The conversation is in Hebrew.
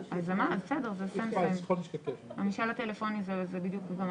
זה שהאופוזיציה משתפת פעולה איתך וזה הכול טוב